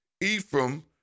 Ephraim